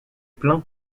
plein